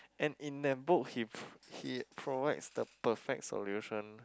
and in that book he p~ he provides the perfect solution